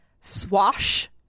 Swash